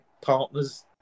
partner's